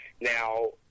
Now